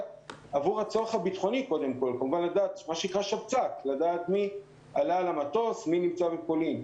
בגלל הצורך הביטחוני כדי לדעת מי עלה למטוס ומי נמצא בפולין.